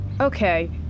Okay